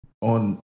on